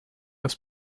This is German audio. das